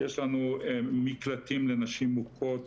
יש לנו מקלטים לנשים מוכות